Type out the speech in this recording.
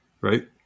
right